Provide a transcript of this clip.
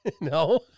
No